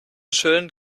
schön